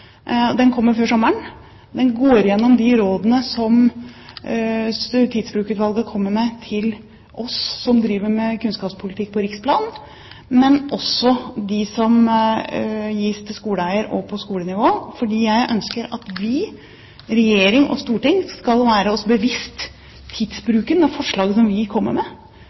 Den kommer før sommeren. Den går igjennom de rådene som Tidsbrukutvalget kommer med til oss som driver med kunnskapspolitikk på riksplan, men også de som gis til skoleeier og på skolenivå, fordi jeg ønsker at vi, regjering og storting, skal være oss bevisst tidsbruken og forslag som vi kommer med,